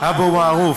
אבו מערוף.